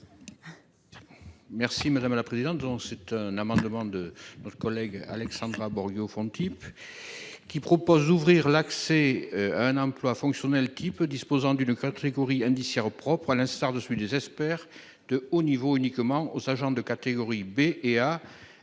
Merci madame la présidente, Jean. C'est un amendement de notre collègue Alexandra banlieue au fond de type. Qui propose d'ouvrir l'accès à un emploi fonctionnel qui disposant d'une. Patrick Oury indiciaire propre à l'instar de suite désespère de haut niveau uniquement aux agents de catégorie B et A